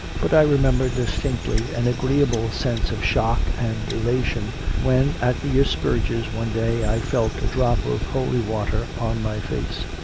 but i re member distinctly an agreeable sense of shock and elation when at the asperges one day i felt a drop of holy water on my face.